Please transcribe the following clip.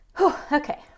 Okay